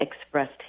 expressed